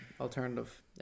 alternative